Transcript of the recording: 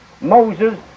Moses